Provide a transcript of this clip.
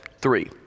three